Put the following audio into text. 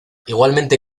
igualmente